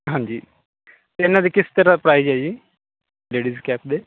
ਹਾਂਜੀ ਅਤੇ ਇਹਨਾਂ ਦੀ ਕਿਸ ਤਰ੍ਹਾਂ ਪ੍ਰਾਈਜ਼ ਹੈ ਜੀ ਲੇਡੀਜ਼ ਕੈਪ ਦੇ